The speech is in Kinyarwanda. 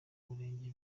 murenge